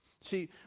See